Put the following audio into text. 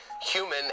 human